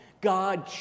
God